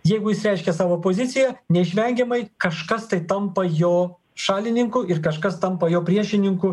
jeigu jis reiškia savo poziciją neišvengiamai kažkas tai tampa jo šalininku ir kažkas tampa jo priešininku